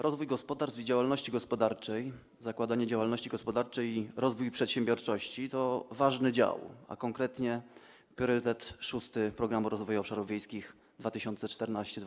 Rozwój gospodarstw i działalności gospodarczej, zakładanie działalności gospodarczej i rozwój przedsiębiorczości to ważny dział, a konkretnie priorytet 6. Programu Rozwoju Obszarów Wiejskich 2014–2020.